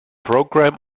program